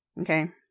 Okay